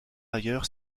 ailleurs